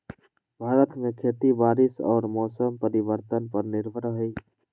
भारत में खेती बारिश और मौसम परिवर्तन पर निर्भर हई